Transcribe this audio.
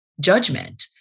judgment